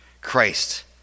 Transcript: Christ